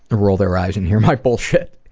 roll their eyes and hear my bullshit.